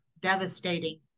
devastating